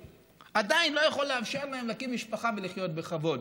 עדיין לא יכול לאפשר להם להקים משפחה ולחיות בכבוד.